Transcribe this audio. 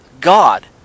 God